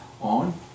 on